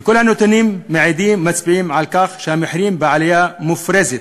כל הנתונים מעידים ומצביעים על כך שהמחירים בעלייה מופרזת.